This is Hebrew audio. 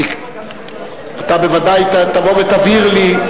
אתה בוודאי תבוא ותבהיר לי.